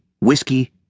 whiskey